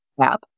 app